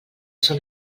són